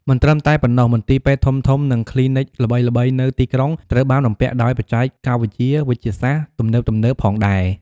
មិនត្រឹមតែប៉ុណ្ណោះ មន្ទីរពេទ្យធំៗ និងគ្លីនិកល្បីៗនៅទីក្រុងត្រូវបានបំពាក់ដោយ បច្ចេកវិទ្យាវេជ្ជសាស្ត្រទំនើបៗទៀតផង។